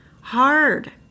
hard